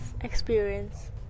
experience